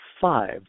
Five